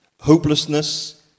hopelessness